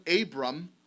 Abram